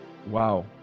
wow